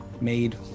made